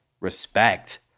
respect